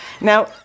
Now